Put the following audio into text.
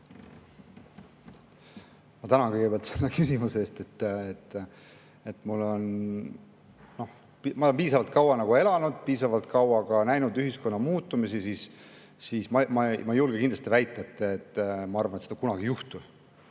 Ma tänan kõigepealt selle küsimuse eest! Kuna ma olen piisavalt kaua elanud, piisavalt kaua näinud ühiskonna muutumisi, siis ma ei julge kindlasti väita, et ma arvan, et seda kunagi ei juhtu.